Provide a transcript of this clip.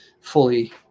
fully